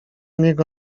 niego